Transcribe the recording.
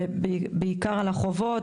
בעיקר על החובות,